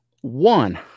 one